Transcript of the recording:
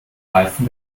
reifen